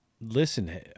listen